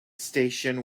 station